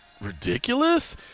ridiculous